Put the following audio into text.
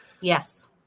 Yes